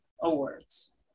awards